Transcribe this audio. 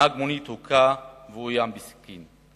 הוכה נהג מונית ואיימו עליו בסכין.